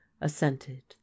assented